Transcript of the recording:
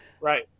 Right